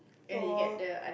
for